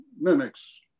mimics